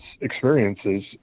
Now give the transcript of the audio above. experiences